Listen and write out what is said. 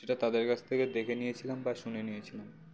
সেটা তাদের কাছ থেকে দেখে নিয়েছিলাম বা শুনে নিয়েছিলাম